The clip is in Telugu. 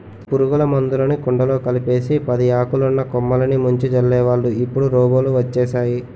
పురుగుల మందులుని కుండలో కలిపేసి పదియాకులున్న కొమ్మలిని ముంచి జల్లేవాళ్ళు ఇప్పుడు రోబోలు వచ్చేసేయ్